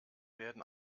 werden